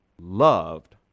loved